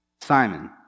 Simon